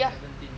seventeen